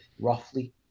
roughly